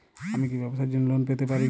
আমি কি ব্যবসার জন্য লোন পেতে পারি?